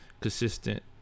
consistent